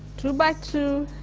two by two.